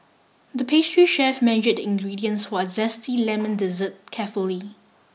the pastry chef measured the ingredients for a zesty lemon dessert carefully